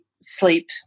sleep